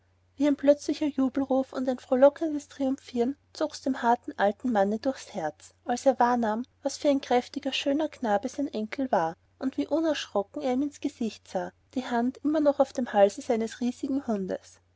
wie ein plötzlicher jubelruf und ein frohlockendes triumphieren zog's dem harten alten manne durchs herz als er wahrnahm was für ein kräftiger schöner knabe sein enkel war und wie unerschrocken er ihm ins gesicht sah die hand noch immer auf dem halse seines riesigen hundes